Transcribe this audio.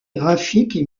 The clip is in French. graphiques